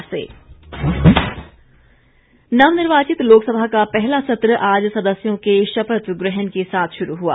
शपथ नवनिर्वाचित लोकसभा का पहला सत्र आज सदस्यों के शपथ ग्रहण के साथ श्रू हुआ